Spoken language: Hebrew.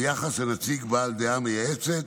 ביחס לנציג בעל דעה מייעצת,